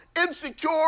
insecure